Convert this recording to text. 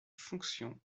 fonction